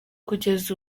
kugeza